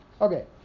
Okay